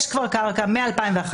יש כבר קרקע מ-2011.